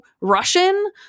Russian